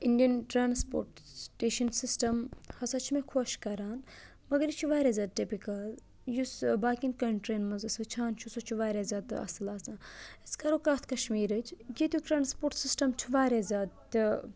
Indian transportation system ہسا چھِ مےٚ خۄش کَران مگر یہِ چھِ واریاہ زیادٕ ٹِپِکَل یُس باقیَن کَنٹِرٛیَن منٛز أسۍ وٕچھان چھُ سُہ چھُ واریاہ زیادٕ اَصٕل آسان أسۍ کَرو کَتھ کَشمیٖرٕچ ییٚتیُک ٹرٛانسپوٹ سِسٹَم چھُ واریاہ زیادٕ تہٕ